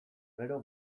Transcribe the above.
gero